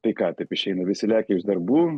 tai ką taip išeina visi lekia iš darbų